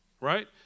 right